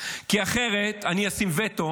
כי אחרת אני אשים וטו